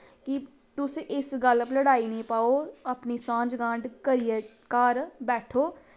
कि तुस इस गल्ल पर लड़ाई निं पाओ अपनी सांझ गांट करियै घर बैठो